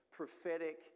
Prophetic